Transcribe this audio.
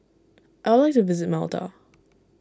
I would like to visit Malta